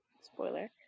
spoiler